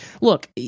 look